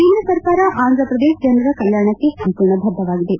ಕೇಂದ್ರ ಸರ್ಕಾರ ಆಂಧಪ್ರದೇಶ ಜನರ ಕಲ್ಲಾಣಕ್ಕೆ ಸಂಪೂರ್ಣ ಬದ್ದವಾಗಿದೆ